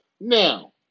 Now